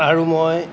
আৰু মই